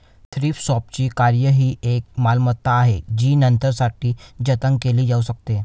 thrift शॉपचे कार्य ही एक मालमत्ता आहे जी नंतरसाठी जतन केली जाऊ शकते